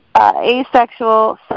asexual